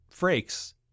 Frakes